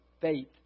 faith